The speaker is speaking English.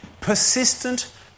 Persistent